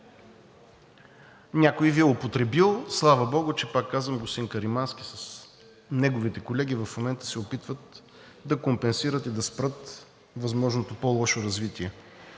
Някой Ви е употребил, слава богу, че, пак казвам, господин Каримански с неговите колеги в момента се опитват да компенсират и да спрат възможното по-лошо развитие.